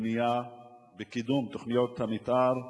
ובנייה בקידום תוכניות המיתאר,